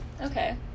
Okay